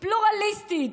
פלורליסטית,